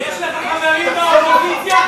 יש לך חברים באופוזיציה,